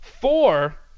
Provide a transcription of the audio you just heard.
four